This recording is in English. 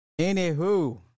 Anywho